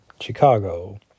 Chicago